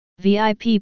VIP